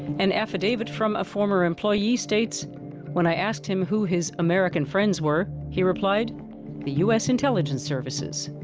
an affadavit from a former employee states when i asked him who his american friends were, he replied the us intelligence services.